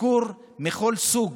ביקור מכל סוג,